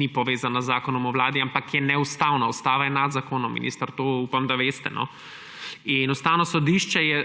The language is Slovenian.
ni povezana z Zakonom o vladi, ampak je neustavna, ustava je nad zakonom, minister, to upam, da veste, no. Ustavno sodišče je